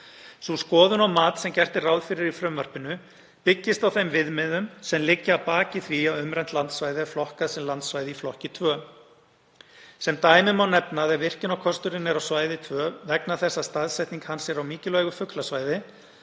Sú skoðun og mat sem gert er ráð fyrir í frumvarpinu byggist á þeim viðmiðum sem liggja að baki því að umrætt landsvæði er flokkað sem landsvæði í flokki 2. Sem dæmi má nefna að ef virkjunarkosturinn er á svæði 2 vegna þess að staðsetning hans er á mikilvægu fuglasvæði,